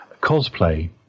Cosplay